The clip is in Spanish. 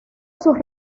sus